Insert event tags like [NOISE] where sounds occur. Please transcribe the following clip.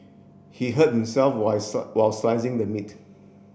he hurt himself while [UNINTELLIGIBLE] while slicing the meat